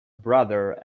brother